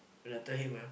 that I tell him ah